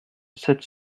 sept